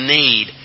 need